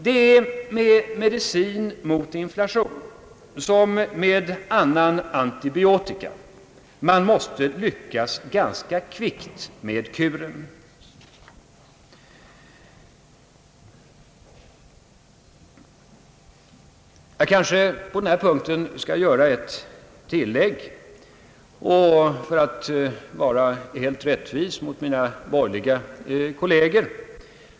Det är med medicin mot inflation som med annan antibiotika — man måste lyckas ganska kvickt med kuren. Jag skall kanske på denna punkt göra ett tillägg för att vara helt rättvis mot mina borgerliga kolleger.